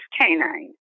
canine